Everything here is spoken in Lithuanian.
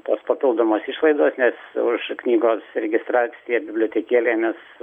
tos papildomos išlaidos nes už knygos registraciją bibliotekėlėmis